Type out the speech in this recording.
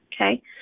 okay